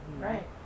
right